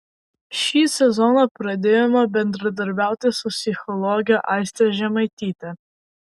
šį sezoną pradėjome bendradarbiauti su psichologe aiste žemaityte